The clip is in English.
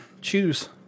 choose